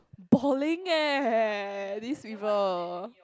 balling eh these people